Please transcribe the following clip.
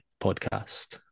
Podcast